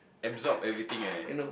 absorb everything eh